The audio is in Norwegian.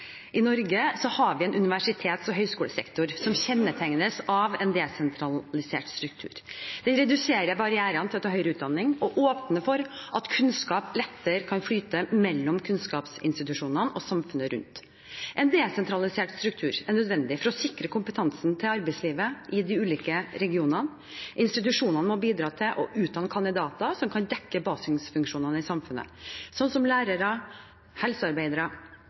I Norge har vi en universitets- og høyskolesektor som kjennetegnes av en desentralisert struktur. Den reduserer barrierene for å ta høyere utdanning og åpner for at kunnskap lettere kan flyte mellom kunnskapsinstitusjonene og samfunnet rundt. En desentralisert struktur er nødvendig for å sikre kompetanse til arbeidslivet i de ulike regionene. Institusjonene må bidra til å utdanne kandidater som kan dekke basisfunksjoner i samfunnet, som lærere og helsearbeidere.